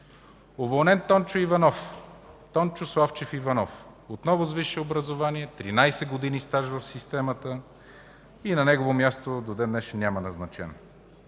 уволнен Тончо Славчев Иванов – отново с висше образование, 13 години стаж в системата и на негово място до ден-днешен няма назначен;